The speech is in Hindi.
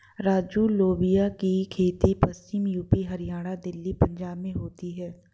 राजू लोबिया की खेती पश्चिमी यूपी, हरियाणा, दिल्ली, पंजाब में होती है